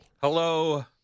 Hello